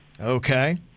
Okay